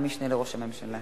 המשנה לראש הממשלה.